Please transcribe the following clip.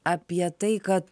apie tai kad